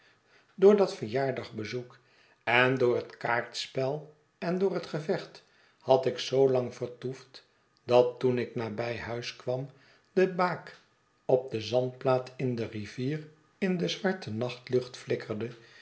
door dat verjaardagbezoek en door het kaartspel en door het gevecht had ik zoo lang vertoefd dat toen ik nabij huis kwam de baak op de zandplaat in de rivier in de zwarte nachtlucht flikkerde